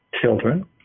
children